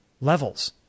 levels